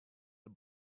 the